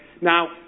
Now